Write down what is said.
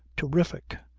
terrific,